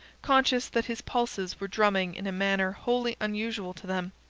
conscious that his pulses were drumming in a manner wholly unusual to them.